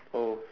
oh